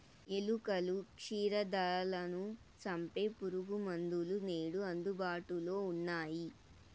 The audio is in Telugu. ఎలుకలు, క్షీరదాలను సంపె పురుగుమందులు నేడు అందుబాటులో ఉన్నయ్యి